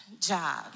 job